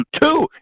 two